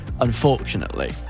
unfortunately